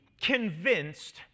convinced